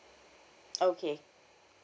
okay